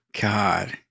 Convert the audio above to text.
God